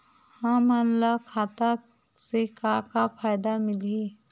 हमन ला खाता से का का फ़ायदा मिलही?